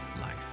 life